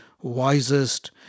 wisest